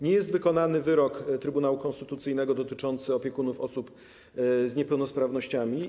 Nie jest wykonany wyrok Trybunału Konstytucyjnego dotyczący opiekunów osób z niepełnosprawnościami.